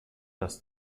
das